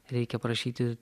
reikia prašyti